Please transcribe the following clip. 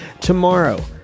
Tomorrow